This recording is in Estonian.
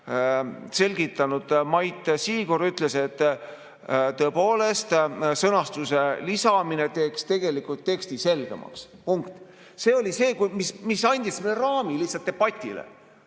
selgitanud Mait Siigur ütles, et tõepoolest, sõnastuse lisamine teeks tegelikult teksti selgemaks. Punkt. See oli see, mis andis lihtsalt raami sellele debatile.